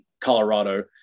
Colorado